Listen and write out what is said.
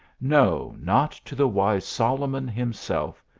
no, not to the wise solomon himself,